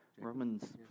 Romans